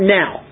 now